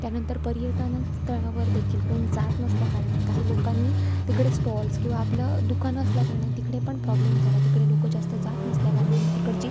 त्यानंतर पर्यटनस्थळावरदेखील कोण जात नसल्याकारणे काही लोकांनी तिकडे स्टॉल्स किंवा आपलं दुकानं असल्याकारणाने तिकडे पण प्रॉब्लेम झाला तिकडे लोक जास्त जात नसल्याकारणाने तिकडची